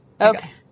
okay